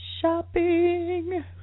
Shopping